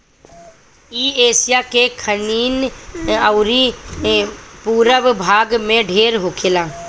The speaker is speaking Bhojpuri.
इ एशिया के दखिन अउरी पूरब भाग में ढेर होखेला